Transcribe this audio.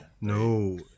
no